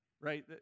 Right